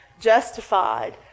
justified